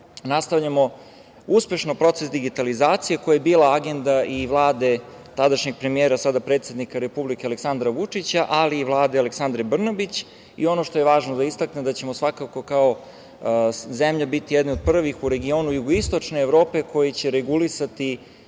nastavljamo uspešno proces digitalizacije, koja je bila agenda i Vlade tadašnjeg premijera, a sada predsednika Republike Aleksandra Vučića, ali i Vlade Ane Brnabić. Svakako ćemo kao zemlja biti jedni od prvih u regionu Jugoistočne Evrope koji će regulisati